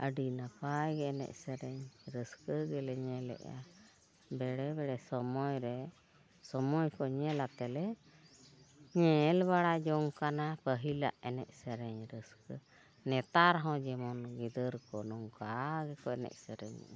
ᱟᱹᱰᱤ ᱱᱟᱯᱟᱭ ᱜᱮ ᱮᱱᱮᱡ ᱥᱮᱨᱮᱧ ᱨᱟᱹᱥᱠᱟᱹ ᱜᱮᱞᱮ ᱧᱮᱞᱮᱜᱼᱟ ᱵᱮᱲᱮ ᱵᱮᱲᱮ ᱥᱚᱢᱚᱭ ᱨᱮ ᱥᱚᱢᱚᱭ ᱠᱚ ᱧᱮᱞ ᱟᱛᱮᱞᱮ ᱧᱮᱞ ᱵᱟᱲᱟ ᱡᱚᱝ ᱠᱟᱱᱟ ᱯᱟᱹᱦᱤᱞᱟᱜ ᱮᱱᱮᱡ ᱥᱮᱨᱮᱧ ᱨᱟᱹᱥᱠᱟᱹ ᱱᱮᱛᱟᱨ ᱦᱚᱸ ᱡᱮᱢᱚᱱ ᱜᱤᱫᱟᱹᱨ ᱠᱚ ᱱᱚᱝᱠᱟ ᱜᱮᱠᱚ ᱮᱱᱮᱡ ᱥᱮᱨᱮᱧᱮᱜᱼᱟ